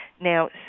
now